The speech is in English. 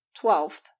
Twelfth